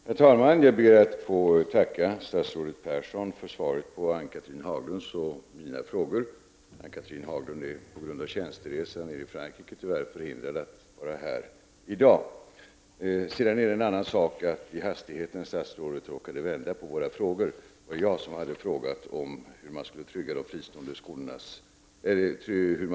Herr talman! Jag ber att få tacka statsrådet Persson för svaret på de frågor som Ann-Cathrine Haglund och jag har framställt. Ann-Cathrine Haglund är på grund av tjänsteresa i Frankrike tyvärr förhindrad att vara här i dag. I hastigheten råkade statsrådet förväxla våra frågor. Det var jag som frågade hur man kan trygga de fristående skolornas existens.